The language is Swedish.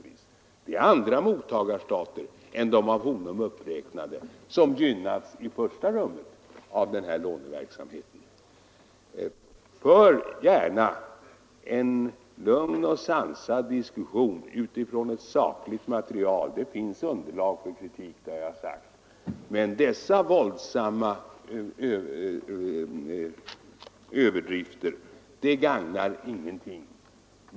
Vi har andra mottagarstater än de av herr Svensson uppräknade, som i första rummet gynnas av den här låneverksamheten. För gärna en lugn och sansad diskussion utifrån ett sakligt material — och som jag sade finns det ett sakligt underlag för kritik — men dessa våldsamma överdrifter gagnar ingen.